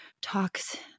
talks